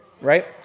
right